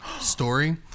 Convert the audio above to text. story